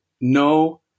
No